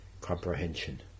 comprehension